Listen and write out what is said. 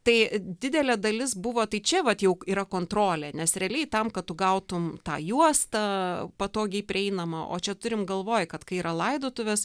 tai didelė dalis buvo tai čia vat jau yra kontrolė nes realiai tam kad tu gautum tą juostą patogiai prieinamą o čia turim galvoj kad kai yra laidotuvės